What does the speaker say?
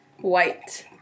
White